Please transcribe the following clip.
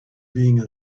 being